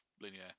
linear